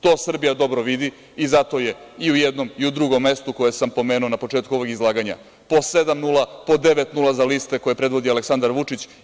To Srbija dobro vidi i zato je i u jednom i u drugom mestu koje sam pomenuo na početku ovog izlaganja po 7:0, po 9:0 za liste koje predvodi Aleksandar Vučić.